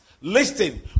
Listen